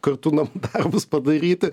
kartu namų darbus padaryti